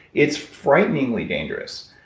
it's frighteningly dangerous.